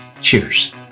Cheers